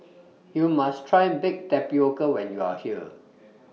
YOU must Try Baked Tapioca when YOU Are here